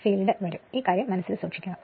അപ്പോൾ അങ്ങനെയാണെങ്കിൽ എന്തു സംഭവിക്കും